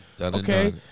Okay